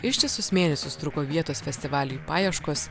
ištisus mėnesius truko vietos festivaliui paieškos